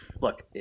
look